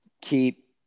Keep